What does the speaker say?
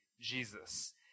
Jesus